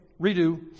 redo